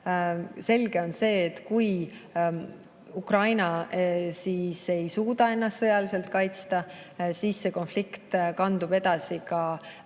Selge on, et kui Ukraina ei suuda ennast sõjaliselt kaitsta, siis see konflikt kandub edasi ka